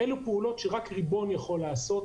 אלו פעולות שרק ריבון יכול לעשות,